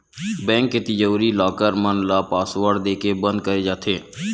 bank के तिजोरी, locker मन ल पासवर्ड देके बंद करे जाथे